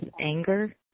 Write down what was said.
anger